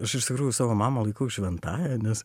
aš iš tikrųjų savo mamą laikau šventąja nes